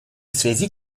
связи